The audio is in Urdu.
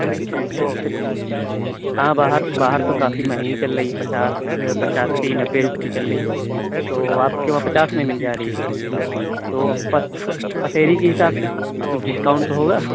اچھا اچھا اچھا اچھا اچھا ہاں باہر باہر تو کافی مہنگی چل رہی ہے پچاس پچاسی نبے روپئے میں چل رہی تو آپ کے وہاں پچاس میں مل جا رہی ہے تو پسیری کے حساب سے کچھ ڈسکاونٹ تو ہوگا